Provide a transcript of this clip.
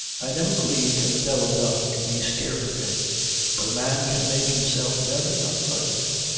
i never believed in the devil enough to be scared of him but a man can make himself very unpleasant.